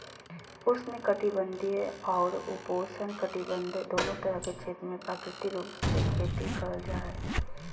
उष्ण कटिबंधीय अउर उपोष्णकटिबंध दोनो तरह के क्षेत्र मे प्राकृतिक रूप से खेती करल जा हई